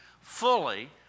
fully